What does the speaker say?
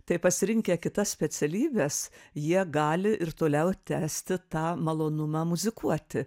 tai pasirinkę kitas specialybes jie gali ir toliau tęsti tą malonumą muzikuoti